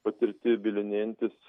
patirti bylinėjantis